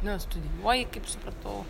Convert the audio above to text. nu studijuoji kaip supratau